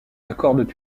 accordent